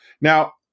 Now